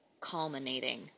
culminating